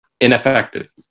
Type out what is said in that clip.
ineffective